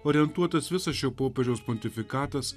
orientuotas visas šio popiežiaus pontifikatas